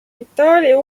itaalia